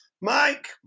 Mike